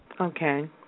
Okay